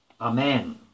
amen